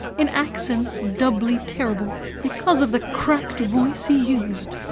in accents doubly terrible because of the cracked voice he used,